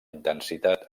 intensitat